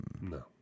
No